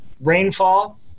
rainfall